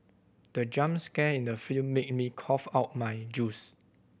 the jump scare in the film made me cough out my juice